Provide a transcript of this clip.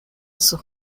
sus